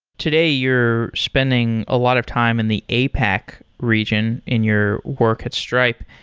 today, you're spending a lot of time in the apac region in your work at stripe.